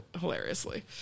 hilariously